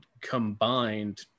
combined